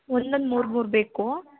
ಒಂದೊಂದು ಮೂರು ಮೂರು ಬೇಕು